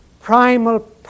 primal